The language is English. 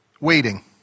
Waiting